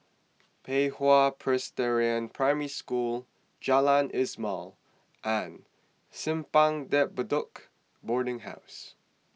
Pei Hwa Presbyterian Primary School Jalan Ismail and Simpang De Bedok Boarding House